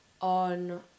on